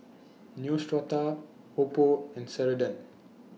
Neostrata Oppo and Ceradan